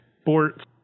sports